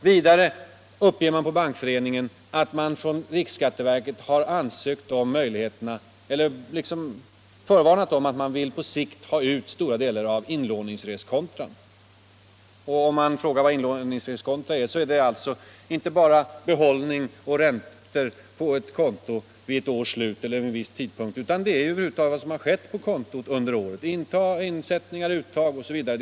Vidare uppgav Bankföreningen att riksskatteverket förvarnat om att man på sikt vill ta ut stora delar av inlåningsreskontran. Det gäller alltså inte bara behållning och räntor på ett konto vid ett års slut eller vid en viss tidpunkt, utan över huvud taget vad som skett på kontot under året; insättningar, uttag osv.